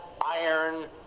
iron